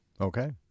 Okay